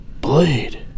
Blade